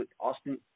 Austin